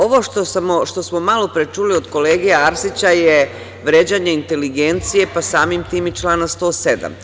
Ovo što smo malopre čuli od kolege Arsića je vređanje inteligencije, pa samim tim i člana 107.